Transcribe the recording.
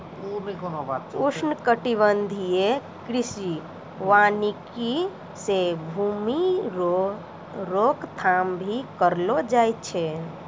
उष्णकटिबंधीय कृषि वानिकी से भूमी रो रोक थाम भी करलो जाय छै